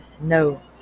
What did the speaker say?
No